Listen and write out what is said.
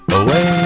away